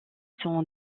sont